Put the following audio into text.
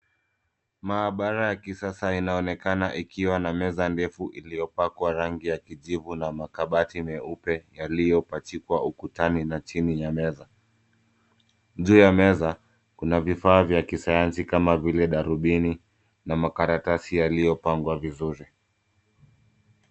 Maabara ya kisasa inaonekana ikiwa na meza ndefu iliyopakwa rangi ya kijivu na makabati meupe yaliyopachikwa ukutani na chini ya meza. Juu ya meza, kuna vifaa vya kisayansi kama vile darubini, na makaratasi yaliyopangwa vizuri.